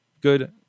good